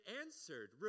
answered